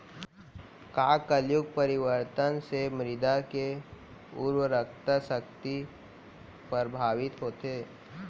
का जलवायु परिवर्तन से मृदा के उर्वरकता शक्ति प्रभावित होथे?